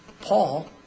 Paul